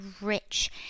rich